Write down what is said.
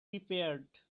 repaired